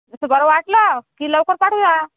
जसं बरं वाटलं की लवकर पाठवू या